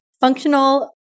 functional